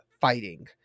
fighting